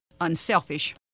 unselfish